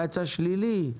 שאלה: